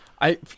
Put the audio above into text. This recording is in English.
I-